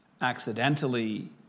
accidentally